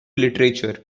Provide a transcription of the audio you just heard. literature